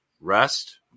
rest